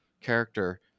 character